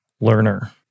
learner